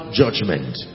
judgment